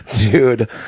dude